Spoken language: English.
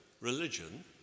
religion